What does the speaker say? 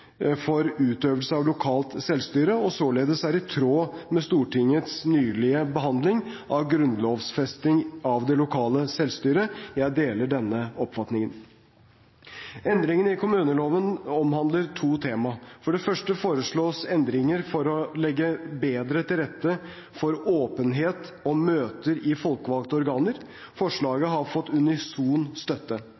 for utøvelse av lokalt selvstyre, og således er i tråd med Stortingets nylige behandling av grunnlovfesting av det lokale selvstyret. Jeg deler denne oppfatningen. Endringene i kommuneloven omhandler to tema. For det første foreslås endringer for å legge bedre til rette for åpenhet og møter i folkevalgte organer. Forslaget